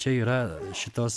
čia yra šitos